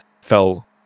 fell